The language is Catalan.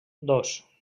dos